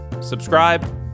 subscribe